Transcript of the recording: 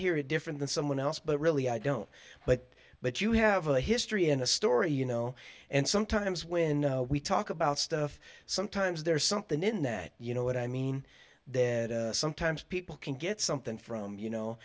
hear it different than someone else but really i don't but but you have a history in a story you know and sometimes when we talk about stuff sometimes there's something in that you know what i mean then sometimes people can get something from you know